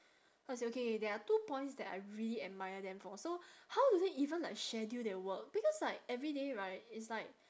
how to say okay there are two points that I really admire them for so how do they even like schedule their work because like everyday right it's like